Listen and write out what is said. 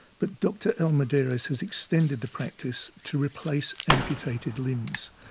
but dr al muderis has extended the practice to replace amputated limbs.